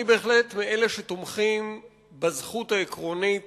אני בהחלט מאלה שתומכים בזכות העקרונית